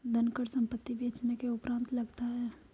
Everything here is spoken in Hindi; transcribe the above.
धनकर संपत्ति बेचने के उपरांत लगता है